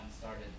started